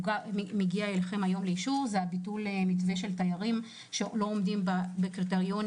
שמגיע אליכם היום לאישור זה ביטול מתווה של תיירים שלא עומדים בקריטריונים